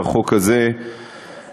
שהחוק הזה חייב,